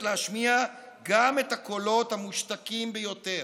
להשמיע גם את הקולות המושתקים ביותר.